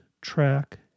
track